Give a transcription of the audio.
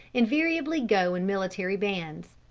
invariably go in military bands.